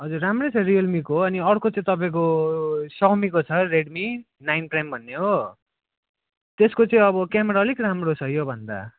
हजुर राम्रै छ रियलमीको अनि अर्को चाहिँ तपाईँको साउमीको छ रेडमी नाइन प्राइम भन्ने हो त्यसको चाहिँ अब क्यामरा अलिक राम्रो छ योभन्दा